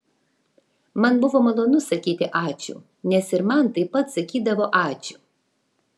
man buvo malonu sakyti ačiū nes ir man taip pat sakydavo ačiū